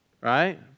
right